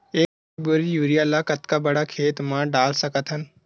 एक बोरी यूरिया ल कतका बड़ा खेत म डाल सकत हन?